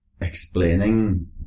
explaining